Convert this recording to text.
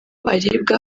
aribwa